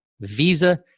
visa